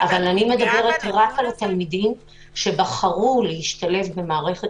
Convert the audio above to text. אני מדברת רק על תלמידים שבחרו להשתלב במערכת